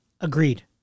Agreed